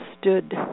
stood